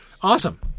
Awesome